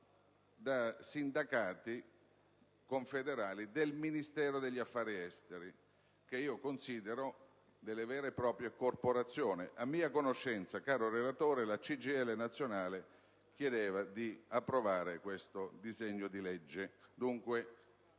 di sindacati confederali del Ministero degli affari esteri, che io considero delle vere e proprie corporazioni. A mia conoscenza, caro relatore, la CGIL nazionale chiedeva di approvare questo disegno di legge: